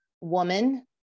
woman